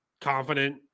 confident